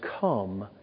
come